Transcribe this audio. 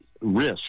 risk